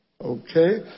Okay